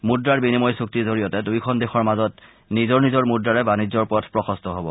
মূদ্ৰাৰ বিনিময় চূক্তিৰ জৰিয়তে দুয়োখন দেশৰ মাজত নিজৰ নিজৰ মুদ্ৰাৰে বাণিজ্যৰ পথ প্ৰশস্ত হব